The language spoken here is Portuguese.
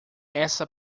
essa